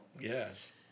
Yes